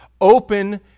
Open